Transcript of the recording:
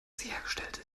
sichergestellt